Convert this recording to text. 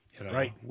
Right